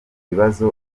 bibazo